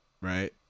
right